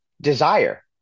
desire